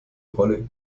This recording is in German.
rolle